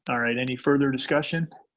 all right. any further discussion?